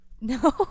No